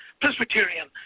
Presbyterian